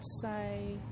say